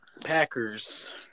Packers